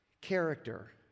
character